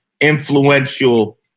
influential